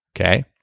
okay